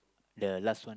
the last one